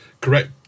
correct